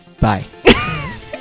Bye